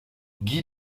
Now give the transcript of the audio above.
guy